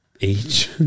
age